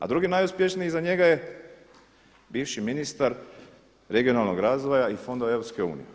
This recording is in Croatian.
A drugi najuspješniji iza njega je bivši ministar regionalnog razvoja i fondova EU.